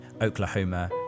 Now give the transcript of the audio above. Oklahoma